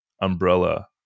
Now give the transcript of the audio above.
umbrella